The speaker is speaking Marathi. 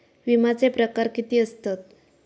विमाचे प्रकार किती असतत?